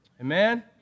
Amen